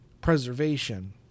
preservation